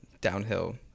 downhill